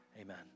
Amen